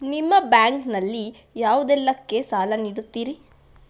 ನಿಮ್ಮ ಬ್ಯಾಂಕ್ ನಲ್ಲಿ ಯಾವುದೇಲ್ಲಕ್ಕೆ ಸಾಲ ನೀಡುತ್ತಿರಿ?